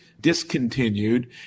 discontinued